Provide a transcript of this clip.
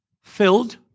filled